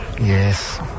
Yes